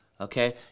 okay